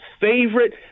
favorite